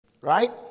Right